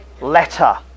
letter